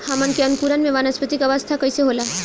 हमन के अंकुरण में वानस्पतिक अवस्था कइसे होला?